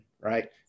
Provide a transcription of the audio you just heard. Right